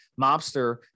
Mobster